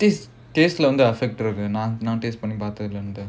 there's this taste வந்து:vandhu affect இருக்கு நான்:irukku naan